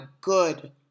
good